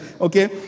okay